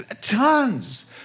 Tons